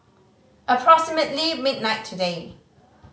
approximately midnight today